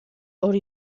hori